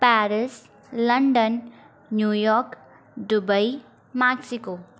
Paris London New York Dubai Mexico